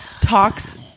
talks